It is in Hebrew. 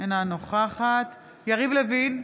אינה נוכחת יריב לוין,